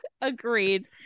Agreed